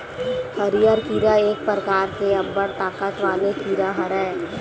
हरियर कीरा एक परकार के अब्बड़ ताकत वाले कीरा हरय